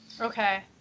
Okay